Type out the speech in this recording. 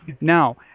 Now